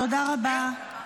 תודה רבה.